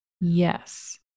yes